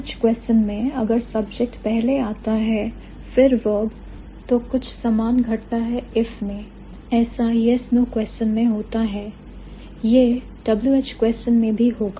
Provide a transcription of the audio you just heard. WH question में अगर subject पहले आता है फिर verb तो कुछ सामान घटता है if में ऐसा yes no question में होता है यह Wh question में भी होगा